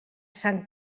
sant